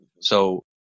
So-